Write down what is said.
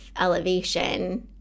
elevation